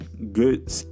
Good